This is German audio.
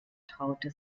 traute